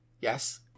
Yes